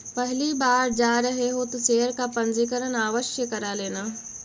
पहली बार जा रहे हो तो शेयर का पंजीकरण आवश्य करा लेना